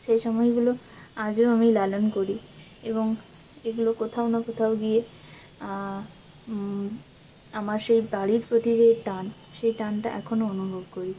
সেই সময়গুলো আজও আমি লালন করি এবং এগুলো কোথাও না কোথাও গিয়ে আমার সেই বাড়ির প্রতি যে টান সেই টানটা এখনো অনুভব করি